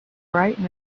bright